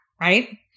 right